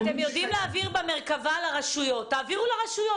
אתם יודעים להעביר במרכבה לרשויות תעבירו לרשויות,